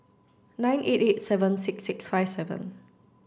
nine eight eight seven six six five seven